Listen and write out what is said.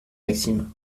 maxime